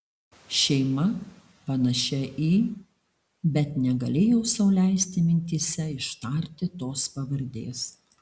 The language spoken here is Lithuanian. šeima panašia į bet negalėjau sau leisti mintyse ištarti tos pavardės